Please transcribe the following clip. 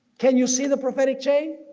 can you see the prophetic chain?